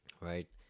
right